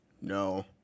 No